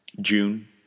June